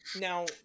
now